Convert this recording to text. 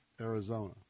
Arizona